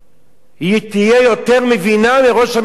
היא תהיה יותר מבינה מראש הממשלה.